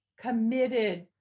committed